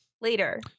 later